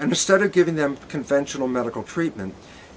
and started giving them conventional medical treatment